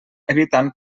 evitant